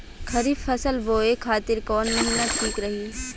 खरिफ फसल बोए खातिर कवन महीना ठीक रही?